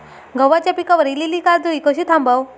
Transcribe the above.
गव्हाच्या पिकार इलीली काजळी कशी थांबव?